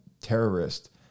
terrorist